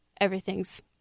everything's